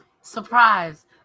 Surprise